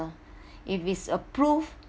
if it's approved